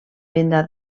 venda